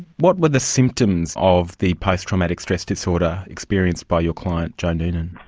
what were the symptoms of the post-traumatic stress disorder experienced by your client, joe noonan?